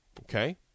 Okay